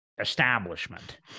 establishment